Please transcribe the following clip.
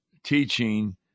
Teaching